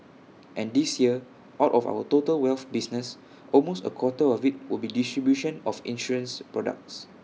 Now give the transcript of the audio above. and this year out of our total wealth business almost A quarter of IT will be distribution of insurance products